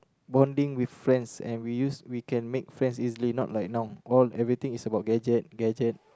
bonding with friends and we used we can make friends easily not like now all everything is about gadget gadget